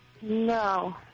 No